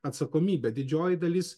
atsakomybę didžioji dalis